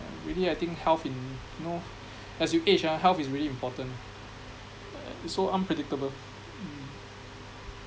really I think health in know as you age ah health is really important it's so unpredictable mm